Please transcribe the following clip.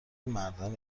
مردان